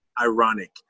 ironic